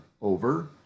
over